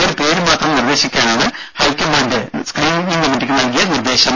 ഒരു പേര് മാത്രം നിർദേശിക്കാനാണ് ഹൈക്കമാന്റ് സ്ക്രീനിങ്ങ് കമ്മിറ്റിക്ക് നൽകിയ നിർദേശം